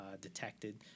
detected